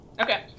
Okay